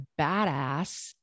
badass